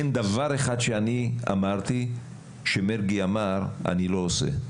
אין דבר אחד שאני אמרתי שמרגי אמר אני לא עושה.